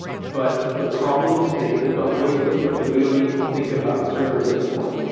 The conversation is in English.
but the problem space has gotten way simpler because we don't need to think about servers anymore.